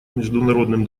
международным